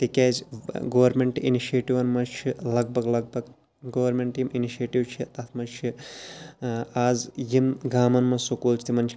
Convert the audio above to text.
تکیازِ گورمیٚنٹ اِنِشِیٹِوَن مَنٛز چھِ لَگ بَگ لَگ بَگ گورمیٚنٹ یِم اِنِشِیٹِو چھِ تَتھ مَنٛز چھِ آز یِم گامَن مَنٛز سکوٗل چھِ تِمَن چھِ